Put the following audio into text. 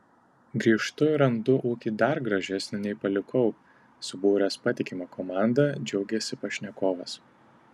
grįžtu ir randu ūkį dar gražesnį nei palikau subūręs patikimą komandą džiaugiasi pašnekovas